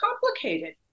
complicated